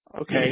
Okay